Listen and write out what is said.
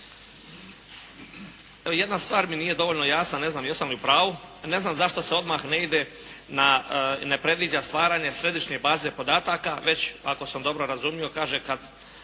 Jedna stvar mi nije dovoljno jasna, ne znam jesam li u pravu, ne znam zašto se odmah ne ide na, ne predviđa stvaranje središnje baze podataka, već, ako sam dobro razumio, kaže kad